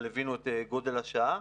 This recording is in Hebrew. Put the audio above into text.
אבל הבינו את גודל השעה,